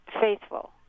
faithful